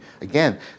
Again